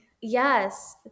Yes